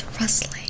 rustling